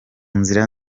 nzira